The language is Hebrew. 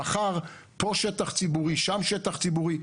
מחר פה שטח ציבורי, שם שטח ציבורי.